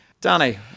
Danny